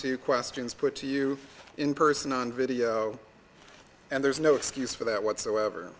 to questions put to you in person on video and there's no excuse for that whatsoever